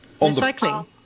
Recycling